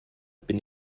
bin